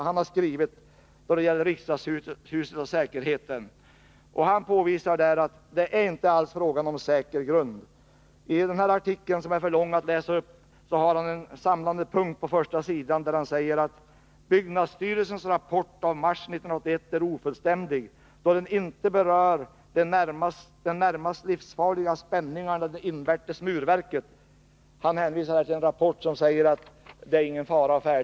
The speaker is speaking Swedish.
Han har beträffande riksdagshuset och säkerheten där skrivit att det inte alls är fråga om säker grund. I artikeln, som är för lång att läsa upp, har han en samlande punkt på första sidan, där han säger att byggnadsstyrelsens rapport i mars 1981 är ofullständig, då den inte berör de närmast livsfarliga spänningarna i det invärtes murverket. Han hänvisar här till en rapport där man anser att det inte är någon fara på färde.